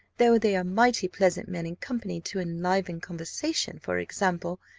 though they are mighty pleasant men in company to enliven conversation for example,